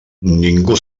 ningú